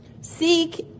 Seek